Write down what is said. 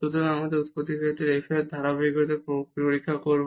সুতরাং এখন আমরা উৎপত্তির f এর ধারাবাহিকতা পরীক্ষা করব